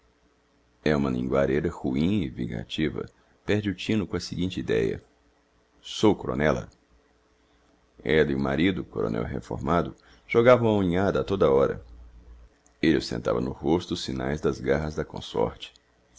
é uma linguareira ruim e vingativa perde o tino com a seguinte ideia sou coronela ella e o marido coronel reformado jogavam a unhada a toda a hora elle ostentava no rosto os signaes das garras da